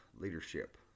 leadership